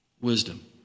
wisdom